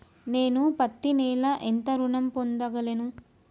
నేను పత్తి నెల ఎంత ఋణం పొందగలను?